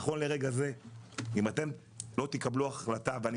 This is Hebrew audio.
נכון לרגע זה אם אתם לא תקבלו החלטה ואני